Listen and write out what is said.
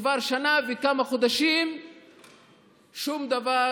כבר שנה וכמה חודשים שום דבר